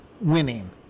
winning